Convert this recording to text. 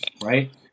right